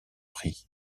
prix